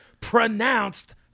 pronounced